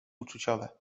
uczuciowe